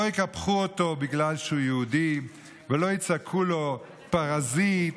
לא יקפחו אותו בגלל שהוא יהודי ולא יצעקו לו: פרזיט,